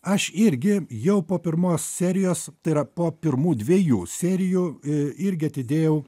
aš irgi jau po pirmos serijos tai yra po pirmų dviejų serijų irgi atidėjau